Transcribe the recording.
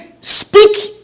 speak